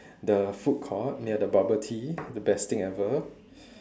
the food court near the bubble tea the best thing ever